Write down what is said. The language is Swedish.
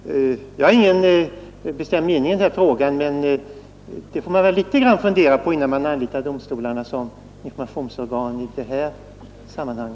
Jag har ingen bestämd mening i den här frågan, men man får väl litet grand fundera på om man skall anlita domstolarna som informationsorgan i detta sammanhang.